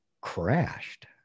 crashed